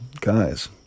guys